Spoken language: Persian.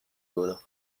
گلم